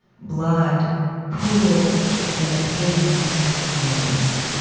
blood pools in the pavement's seams.